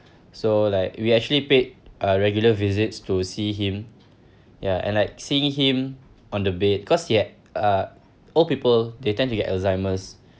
so like we actually paid uh regular visits to see him ya and like seeing him on the bed cause he had uh old people they tend to get alzheimer's